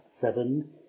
Seven